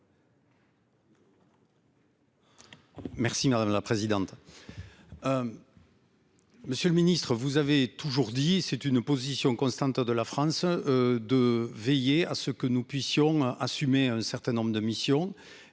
Merci madame la présidente. Monsieur le Ministre, vous avez toujours dit, c'est une position constante de la France. De veiller à ce que nous puissions assumer un certain nombre de missions